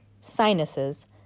sinuses